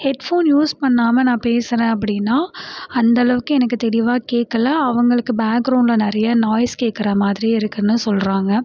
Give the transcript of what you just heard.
headphone use பண்ணாமல் நான் பேசுகிறேன் அப்படின்னா அந்தளவுக்கு எனக்கு தெளிவாக கேட்கல அவங்களுக்கு பேக்ரவுண்ட்ல நிறையா நாய்ஸ் கேட்குற மாதிரியே இருக்குதுன்னு சொல்கிறாங்க